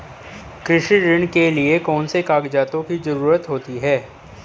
कृषि ऋण के लिऐ कौन से कागजातों की जरूरत होती है?